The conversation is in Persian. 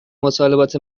مطالبات